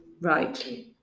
Right